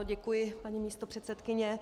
Děkuji, paní místopředsedkyně.